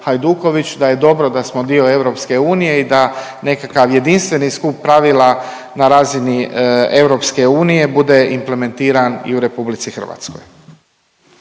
Hajduković da je dobro da smo dio EU i da nekakav jedinstveni skup pravila na razini EU bude implementiran i u Republici Hrvatskoj.